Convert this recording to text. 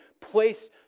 place